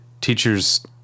teachers